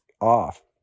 off